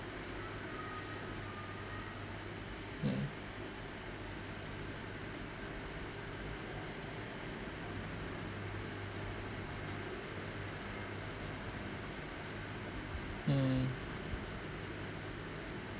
mm mm